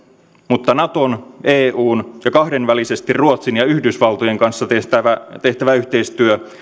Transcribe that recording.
mutta naton eun ja kahdenvälisesti ruotsin ja yhdysvaltojen kanssa tehtävä tehtävä yhteistyö